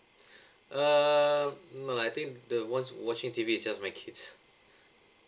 uh no lah I think the ones watching T_V is just my kids